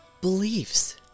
beliefs